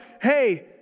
hey